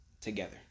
together